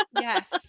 yes